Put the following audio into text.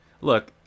Look